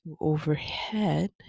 overhead